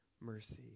mercy